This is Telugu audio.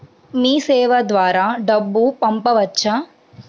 మీసేవ ద్వారా డబ్బు పంపవచ్చా?